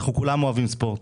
אנחנו כולם אוהבים ספורט.